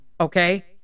okay